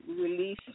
release